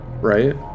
right